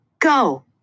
Go